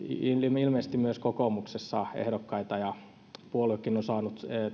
ilmeisesti myös kokoomuksessa ehdokkaita ja puoluekin on saanut